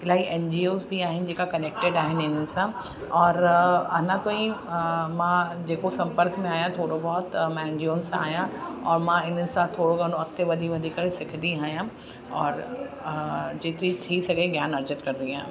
इलाही N G Os बि आहिनि जेका कनैक्टेड आहिनि हिननि सां और अञा ताईं मां जेको संपर्क में आहियां थोरो घणो त मां एन जी ओ सां आहियां और मां इन्हनि सां थोरो घणो अॻिते वधी वधी करे सिखंदी आहियां और जेतिरी थी सघे ज्ञान अर्जित करंदी आहियां